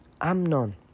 Amnon